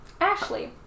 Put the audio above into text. Ashley